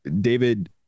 David